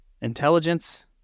intelligence